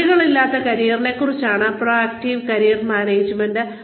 അതിരുകളില്ലാത്ത കരിയറിനെ കുറിച്ചാണ് പ്രോആക്ടീവ് കരിയർ മാനേജ്മെന്റ്